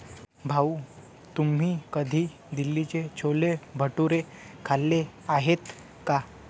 भाऊ, तुम्ही कधी दिल्लीचे छोले भटुरे खाल्ले आहेत का?